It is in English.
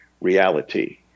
reality